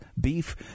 beef